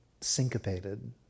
syncopated